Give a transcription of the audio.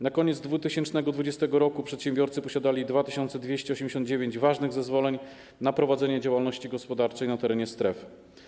Na koniec 2020 r. przedsiębiorcy posiadali 2289 ważnych zezwoleń na prowadzenie działalności gospodarczej na terenie stref.